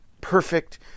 perfect